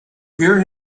hear